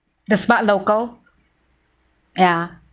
the smart local ya